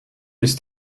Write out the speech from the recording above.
ist